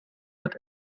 wird